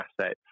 assets